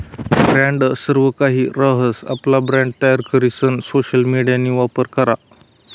brand सर्वकाहि रहास, आपला ब्रँड तयार करीसन सोशल मिडियाना वापर करा